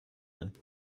bin